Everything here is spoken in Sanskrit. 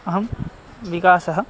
अहं विकासः